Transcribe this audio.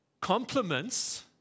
Compliments